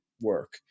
work